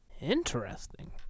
Interesting